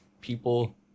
people